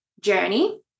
journey